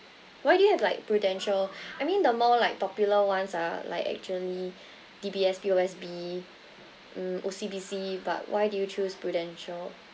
why do you have like prudential I mean the more like popular ones are like actually D_B_S P_O_S_B mm O_C_B_C but why do you choose prudential